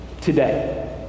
today